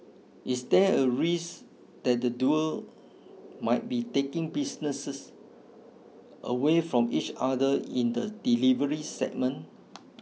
is there a risk that the duo might be taking business away from each other in the delivery segment